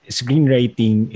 screenwriting